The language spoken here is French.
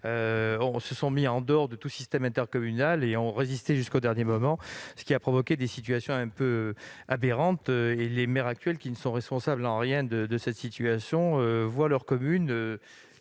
effet mis en dehors de tout système intercommunal et ont résisté jusqu'au dernier moment, ce qui a provoqué des situations quelque peu aberrantes. Or les maires actuels ne sont responsables en rien de cette situation dans laquelle